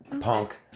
punk